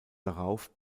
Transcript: darauf